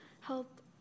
help